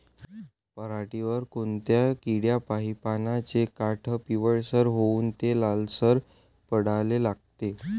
पऱ्हाटीवर कोनत्या किड्यापाई पानाचे काठं पिवळसर होऊन ते लालसर पडाले लागते?